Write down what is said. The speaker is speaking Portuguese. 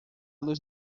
luz